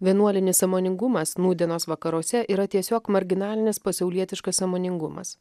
vienuolinis sąmoningumas nūdienos vakaruose yra tiesiog marginalinis pasaulietiškas sąmoningumas